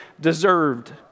deserved